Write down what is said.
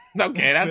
Okay